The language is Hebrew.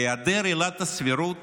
בהיעדר עילת הסבירות,